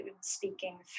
speaking